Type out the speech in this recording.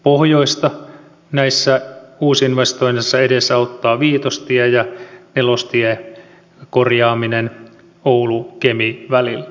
pohjoista näissä uusinvestoinneissa edesauttavat viitostie ja nelostien korjaaminen oulukemi välillä